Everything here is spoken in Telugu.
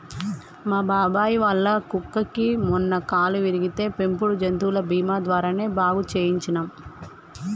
మా బాబాయ్ వాళ్ళ కుక్కకి మొన్న కాలు విరిగితే పెంపుడు జంతువుల బీమా ద్వారానే బాగు చేయించనం